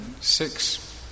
six